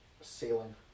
Sailing